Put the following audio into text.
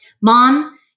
mom